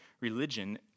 religion